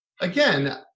again